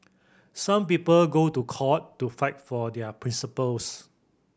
some people go to court to fight for their principles